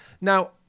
Now